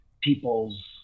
people's